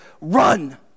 run